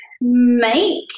make